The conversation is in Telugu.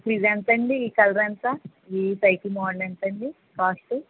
ఇదెంతండి ఈ కలర్ ఎంత ఈ సైకిల్ మోడల్ ఎంతండి కాస్ట్